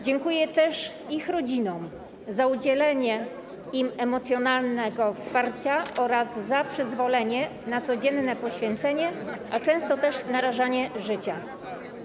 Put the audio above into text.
Dziękuję też ich rodzinom za udzielenie im emocjonalnego wsparcia oraz za przyzwolenie na codzienne poświęcenie, a często też narażanie życia.